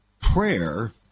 prayer